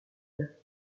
île